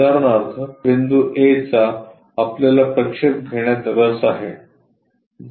उदाहरणार्थ बिंदू ए आपल्याला प्रक्षेप घेण्यात रस आहे